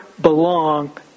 belong